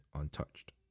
untouched